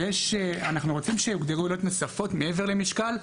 אנחנו רוצים שיוגדרו עילות נוספות מעבר למשקל,